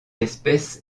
espèce